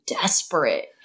desperate